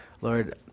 Lord